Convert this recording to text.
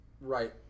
right